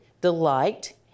delight